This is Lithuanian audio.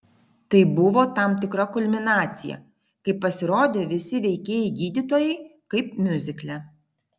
tai buvo tam tikra kulminacija kai pasirodė visi veikėjai gydytojai kaip miuzikle